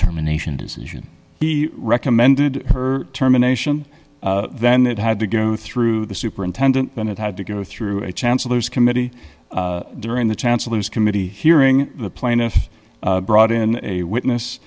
termination decision he recommended her terminations then it had to go through the superintendent and it had to go through a chancellor's committee during the chancellor's committee hearing the plaintiff brought in a witness